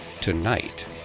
tonight